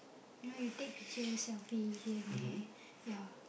you know take picture selfie here and there ya